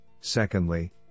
Secondly